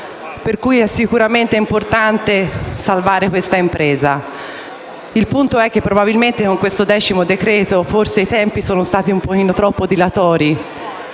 Per cui, è sicuramente importante salvare questa impresa. Il punto è che probabilmente con questo decimo decreto forse i tempi sono stati un po' troppo dilatori.